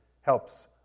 helps